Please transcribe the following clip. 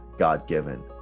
God-given